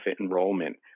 enrollment